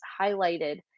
highlighted